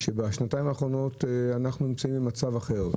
שבשנתיים האחרונות אנחנו נמצאים במצב אחר,